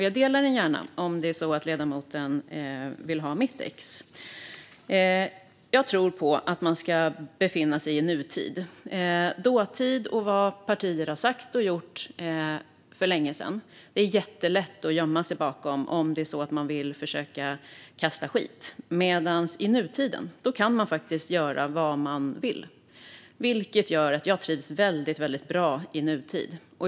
Jag delar det gärna om det är så att ledamoten vill ha mitt exemplar. Jag tror på att man ska befinna sig i nutid. Dåtid och vad partier har sagt och gjort för länge sedan är jättelätt att gömma sig bakom om det är så att man vill försöka kasta skit. I nutiden kan man dock faktiskt göra vad man vill, vilket gör att jag trivs väldigt bra i nutid.